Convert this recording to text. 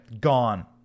gone